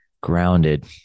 Grounded